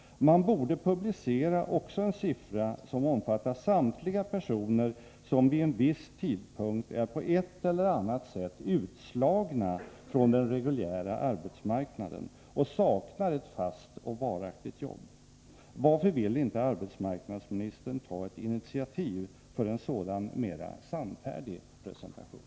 Man borde också publicera en siffra som omfattar samtliga personer som vid en viss tidpunkt är på ett eller annat sätt utslagna från den reguljära arbetsmarknaden och saknar ett fast och varaktigt jobb. Varför vill inte arbetsmarknadsministern ta ett initiativ för en sådan mer sannfärdig presentation?